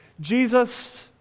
Jesus